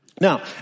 Now